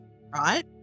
right